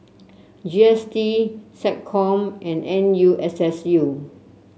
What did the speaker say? G S T SecCom and N U S S U